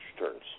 returns